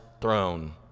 throne